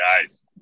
guys